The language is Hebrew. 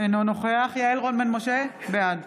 אינו נוכח יעל רון בן משה, בעד